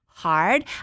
Hard